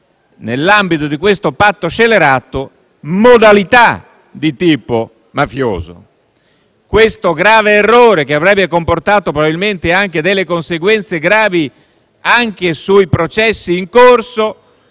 nell'ambito di questo patto scellerato, modalità di tipo mafioso. Questo grave errore, che avrebbe comportato probabilmente delle conseguenze gravi anche sui processi in corso,